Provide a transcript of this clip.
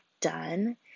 done